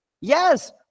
Yes